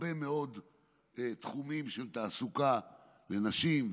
הרבה מאוד תחומים של תעסוקה לנשים,